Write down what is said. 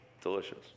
delicious